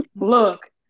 Look